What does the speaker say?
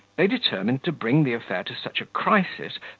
they determined to bring the affair to such a crisis,